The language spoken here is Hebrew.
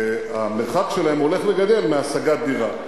המרחק שלהם הולך וגדל מהשגת דירה.